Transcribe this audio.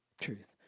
Truth